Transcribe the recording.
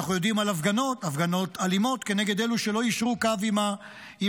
אנחנו יודעים על הפגנות אלימות כנגד כאלה שלא אישרו קו עם הוועדה.